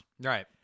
Right